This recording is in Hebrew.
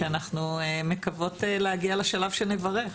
אנחנו מקוות להגיע לשלב שנברך.